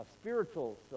spiritual